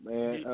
Man